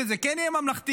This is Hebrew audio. וזה כן יהיה ממלכתי.